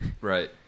Right